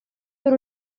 per